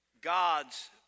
God's